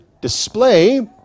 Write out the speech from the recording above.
display